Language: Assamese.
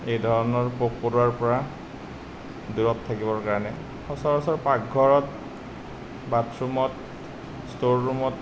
এই ধৰণৰ পোক পৰুৱাৰ পৰা দূৰত থাকিবৰ কাৰণে সচৰাচৰ পাকঘৰত বাথৰুমত ষ্ট'ৰ ৰুমত